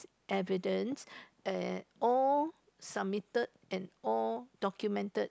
evidences and all submitted and all documented